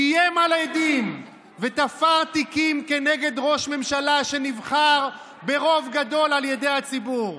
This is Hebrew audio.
איים על עדים ותפר תיקים נגד ראש ממשלה שנבחר ברוב גדול על ידי הציבור.